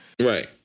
Right